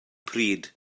pryd